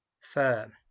firm